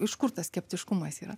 iš kur tas skeptiškumas yra